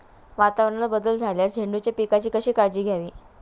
वातावरणात बदल झाल्यास झेंडूच्या पिकाची कशी काळजी घ्यावी?